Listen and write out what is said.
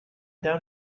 down